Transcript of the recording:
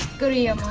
korea.